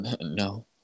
No